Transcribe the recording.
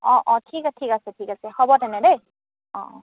অঁ অঁ ঠিক আছে ঠিক আছে ঠিক আছে হ'ব তেনে দেই অঁ অঁ